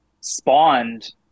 spawned